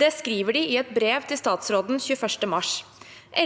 Det skriver de i et brev til statsråden 21. mars.